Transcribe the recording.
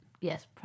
Yes